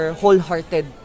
wholehearted